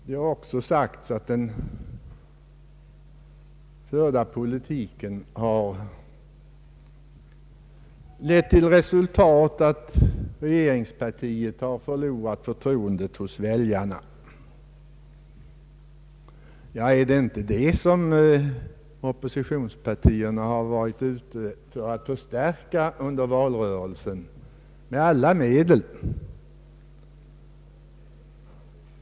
Det har här sagts att den förda politiken har lett till att väljarna förlorat förtroendet för regeringspartiet. Ja, men det är väl just detta som oppositionspartierna under valrörelsen varit ute efter, och det med alla medel.